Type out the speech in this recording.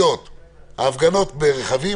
אלה הנקודות העיקריות: הפגנות ברכבים,